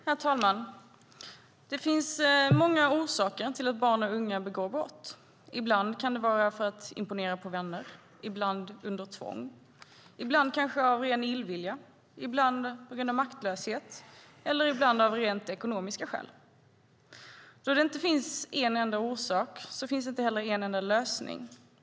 Herr talman! Det finns många orsaker till att barn och unga begår brott. Ibland kan det vara för att imponera på vänner, ibland under tvång, ibland kanske av ren illvilja, ibland på grund av maktlöshet och ibland av rent ekonomiska skäl. Då det inte finns en enda orsak finns det inte heller enda lösning.